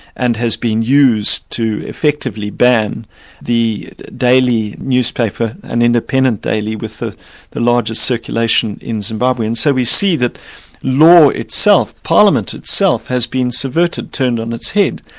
and has been used to effectively ban the daily newspaper, an independent daily, with the the largest circulation in zimbabwe, and so we see that law itself, parliament itself has been subverted, turned on its head.